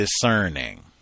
discerning